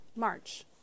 March